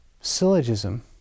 syllogism